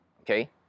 okay